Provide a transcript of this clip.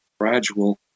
gradual